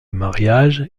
mariage